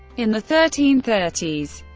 in the thirteen thirty s,